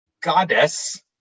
goddess